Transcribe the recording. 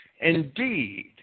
Indeed